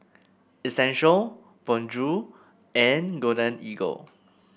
Essential Bonjour and Golden Eagle